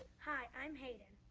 hi, i'm haiden.